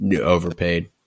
overpaid